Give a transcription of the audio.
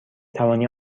توانی